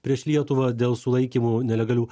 prieš lietuvą dėl sulaikymų nelegalių